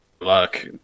luck